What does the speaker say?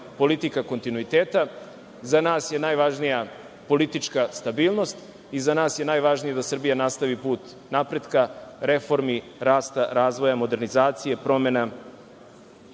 politika kontinuiteta, za nas je najvažnija politička stabilnost i za nas je najvažnija da Srbija nastavi put napretka, reformi, rasta, razvoja, modernizacije, promena. Mnogo